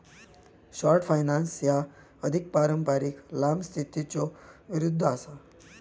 short finance ह्या अधिक पारंपारिक लांब स्थितीच्यो विरुद्ध असा